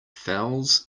fouls